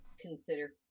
consider